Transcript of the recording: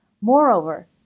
Moreover